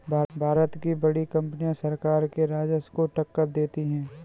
भारत की बड़ी कंपनियां सरकार के राजस्व को टक्कर देती हैं